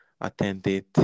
attended